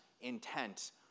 intent